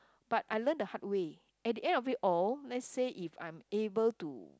but I learn the hard way at the end of it all let's say if I'm able to